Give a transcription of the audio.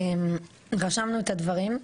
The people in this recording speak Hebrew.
רשמנו את הדברים.